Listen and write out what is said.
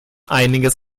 einiges